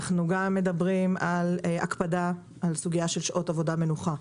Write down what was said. אנחנו גם מדברים על הקפדה על סוגיית שעות עבודה ומנוחה,